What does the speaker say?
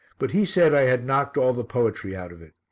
but he said i had knocked all the poetry out of it.